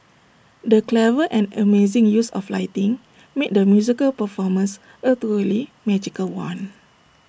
the clever and amazing use of lighting made the musical performance A truly magical one